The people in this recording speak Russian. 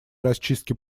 расчистке